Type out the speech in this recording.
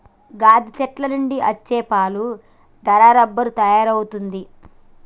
గాదె సెట్ల నుండి అచ్చే పాలు దారా రబ్బరు తయారవుతుంది